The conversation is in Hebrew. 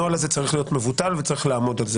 הנוהל הזה צריך להיות מבוטל וצריך לעמוד על כך.